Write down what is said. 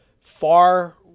far